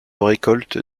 récolte